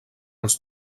els